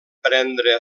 prendre